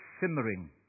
simmering